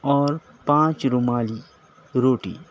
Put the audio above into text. اور پانچ رومالی روٹی